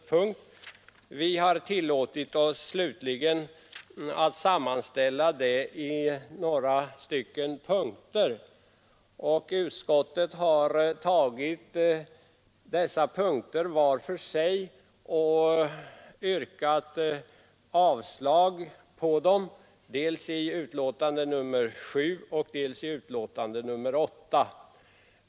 Slutligen har vi tillåtit oss att sammanfatta våra hetsregisterreformen önskemål i några punkter. Utskottet har tagit dessa punkter var för sig och yrkat avslag på dem, dels i betänkandet nr 7 och dels i betänkandet nr 8.